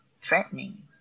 threatening